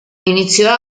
iniziò